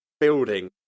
building